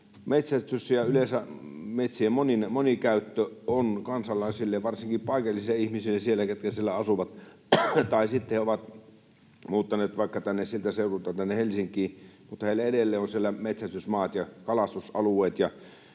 metsästys ja yleensä metsien monikäyttö ovat tärkeitä kansalaisille ja varsinkin paikallisille ihmisille, ketkä siellä asuvat — tai sitten he ovat muuttaneet siltä seudulta vaikka tänne Helsinkiin, mutta heillä edelleen on siellä metsästysmaat ja kalastusalueet,